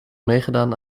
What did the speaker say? meegedaan